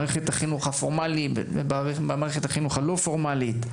מערכת החינוך הפורמלית ובמערכת החינוך הלא פורמלית,